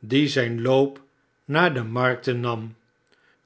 die zijn loop naar de markten nam